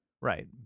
Right